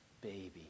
baby